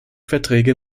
verträge